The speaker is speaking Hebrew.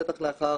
בטח לאחר